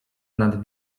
nad